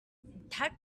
that